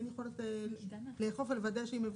אין יכולת לאכוף ולוודא שהיא מבוצעת.